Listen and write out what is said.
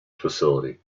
facility